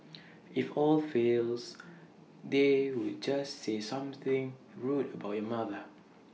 if all fails they would just say something rude about your mother